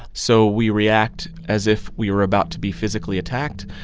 so we react as if we were about to be physically attacked.